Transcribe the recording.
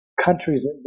countries